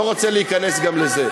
לא רוצה להיכנס גם לזה.